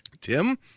Tim